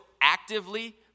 actively